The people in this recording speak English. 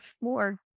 more